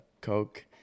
Coke